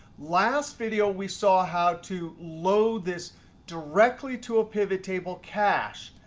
last video, we saw how to load this directly to a pivot table cache.